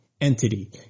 entity